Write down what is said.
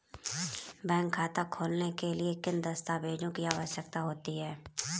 Bank खाता खोलने के लिए किन दस्तावेज़ों की आवश्यकता होती है?